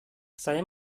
saya